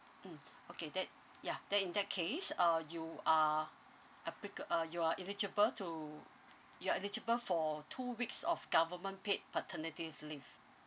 mm okay that yeah then in that case uh you are applica~ uh you are eligible to you are eligible for two weeks of government paid paternity f~ leave